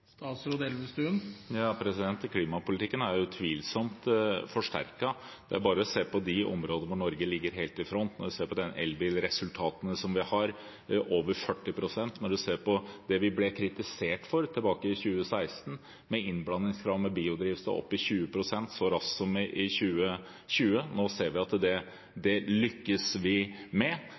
Klimapolitikken er utvilsomt forsterket. Det er bare å se på de områdene hvor Norge ligger helt i front. Se på elbilresultatene på over 40 pst. Se på det vi ble kritisert for i 2016: et innblandingskrav for biodrivstoff opp til 20 pst. så raskt som i 2020 – nå ser vi at vi lykkes med det. Se på det som ligger innenfor grønn skipsfart, med